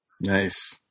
Nice